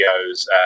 videos